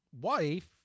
wife